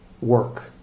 work